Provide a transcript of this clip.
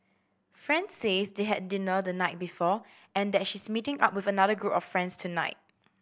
friend says they had dinner the night before and that she's meeting up with another group of friends tonight